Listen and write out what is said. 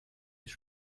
mich